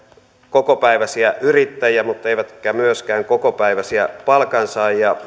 kokopäiväisiä yrittäjiä mutta eivät myöskään kokopäiväisiä palkansaajia